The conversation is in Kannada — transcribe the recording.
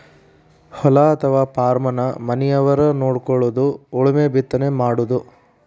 ಹೊಲಾ ಅಥವಾ ಪಾರ್ಮನ ಮನಿಯವರ ನೊಡಕೊಳುದು ಉಳುಮೆ ಬಿತ್ತನೆ ಮಾಡುದು